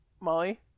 Molly